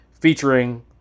featuring